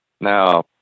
now